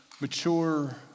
mature